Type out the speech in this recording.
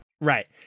Right